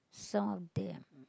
some of them